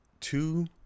two